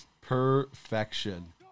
Perfection